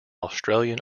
australian